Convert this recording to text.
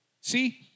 See